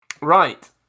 Right